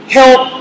help